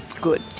Good